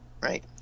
right